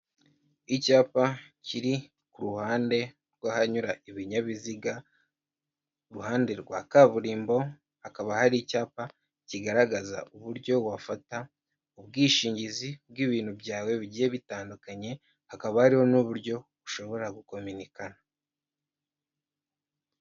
Icyapa kiri ku ruhande rw'ahanyura ibinyabiziga kuruhande rwa kaburimbo hakaba hari icyapa kigaragaza uburyo wafata ubwishingizi bw'ibintu byawe bigiye bitandukanye hakaba hariho n'uburyo bushobora gukomekana.